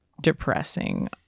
Depressing